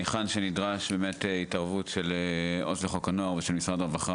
היכן שנדרשת באמת התערבות של עו"ס לחוק הנוער ושל משרד הרווחה,